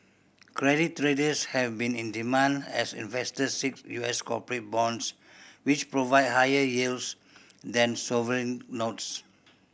credit traders have been in demand as investors seek U S corporate bonds which provide higher yields than sovereign notes